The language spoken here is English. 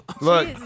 Look